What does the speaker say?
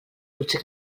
potser